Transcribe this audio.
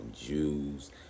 Jews